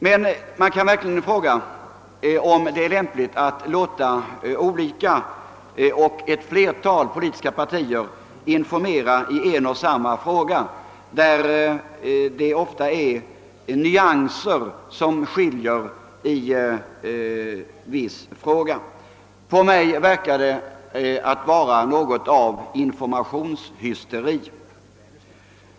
Man kan fråga sig, om det verkligen är lämpligt att låta ett flertal politiska partier informera i en och samma fråga, där det ofta är nyanser som skiljer partierna åt. På mig verkar det vara något av informationshysteri.